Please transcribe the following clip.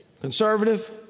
conservative